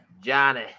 Johnny